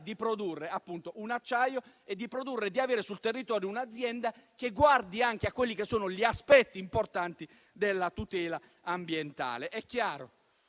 di produrre acciaio e di avere sul territorio un'azienda che guardi anche agli aspetti importanti della tutela ambientale.